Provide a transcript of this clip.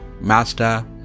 Master